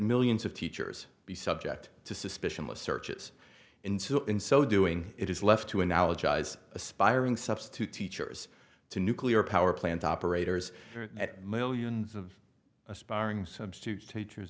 millions of teachers be subject to suspicion with searches ensue in so doing it is left to analogize aspiring substitute teachers to nuclear power plant operators at millions of aspiring substitute teachers